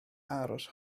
aros